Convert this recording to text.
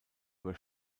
über